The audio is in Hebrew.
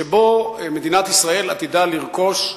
שבו מדינת ישראל עתידה לרכוש סמלים,